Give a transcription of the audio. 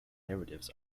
narratives